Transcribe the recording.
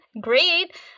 Great